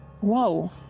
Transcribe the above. Whoa